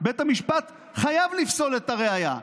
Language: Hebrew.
בית המשפט חייב לפסול את הראיה.